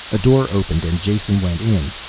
a door opened and jason went in.